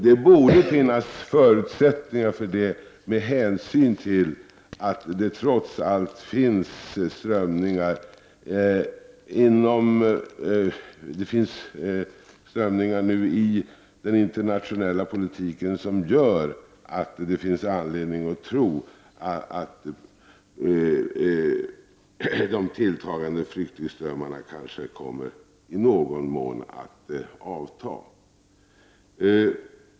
Det borde finnas förutsättningar för det med hänsyn till att det trots allt nu finns strömningar i den internationella politiken som gör att det finns anledning att tro att flyktingströmmarna i någon mån kommer att avta.